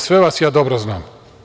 Sve vas ja dobro znam.